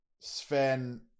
Sven